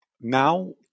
now